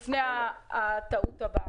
לפני הטעות הבאה.